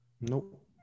Nope